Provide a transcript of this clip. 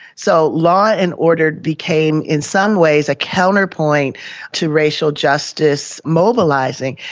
so law and order became in some ways a counterpoint to racial justice mobilising,